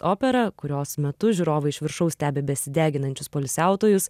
opera kurios metu žiūrovai iš viršaus stebi besideginančius poilsiautojus